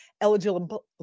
eligible